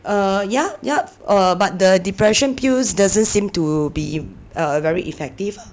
err ya yup err but the depression pills doesn't seem to be a very err effective ah